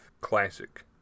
classic